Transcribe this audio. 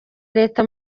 leta